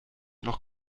noch